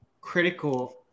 critical